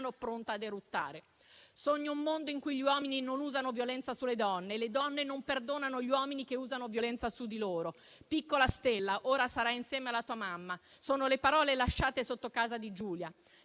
pronto a eruttare. Sogno un mondo in cui gli uomini non usano violenza sulle donne e le donne non perdonano gli uomini che usano violenza su di loro. "Piccola stella, ora sarai insieme alla tua mamma": sono le parole lasciate sotto casa di Giulia.